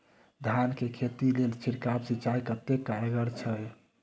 धान कऽ खेती लेल छिड़काव सिंचाई कतेक कारगर छै?